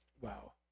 Wow